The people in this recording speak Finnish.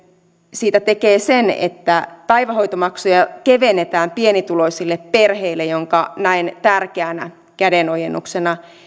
siitä tekee se että päivähoitomaksuja kevennetään pienituloisille perheille minkä näen tärkeänä kädenojennuksena